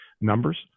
numbers